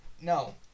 no